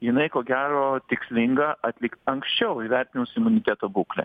jinai ko gero tikslinga atlikt anksčiau įvertinus imuniteto būklę